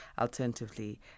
alternatively